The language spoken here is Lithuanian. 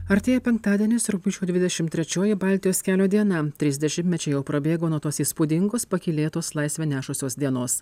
artėja penktadienis rugpjūčio dvidešim trečioji baltijos kelio diena trys dešimtmečiai jau prabėgo nuo tos įspūdingos pakylėtos laisvę nešusios dienos